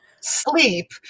sleep